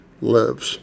lives